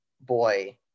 boy